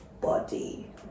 body